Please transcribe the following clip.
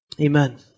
Amen